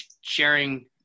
sharing